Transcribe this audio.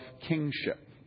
kingship